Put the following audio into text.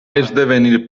esdevenir